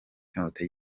inyota